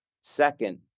Second